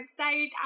website